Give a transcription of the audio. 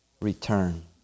return